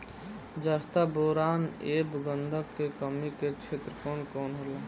जस्ता बोरान ऐब गंधक के कमी के क्षेत्र कौन कौनहोला?